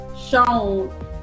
shown